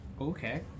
Okay